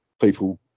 people